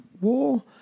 war